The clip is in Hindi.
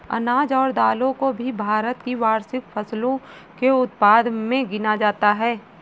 अनाज और दालों को भी भारत की वार्षिक फसलों के उत्पादन मे गिना जाता है